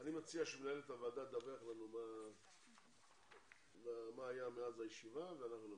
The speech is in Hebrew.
אני מציע שמנהלת הוועדה תדווח לנו מה היה מאז הישיבה ואנחנו נמשיך.